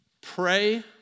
Pray